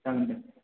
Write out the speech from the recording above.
जागोन दे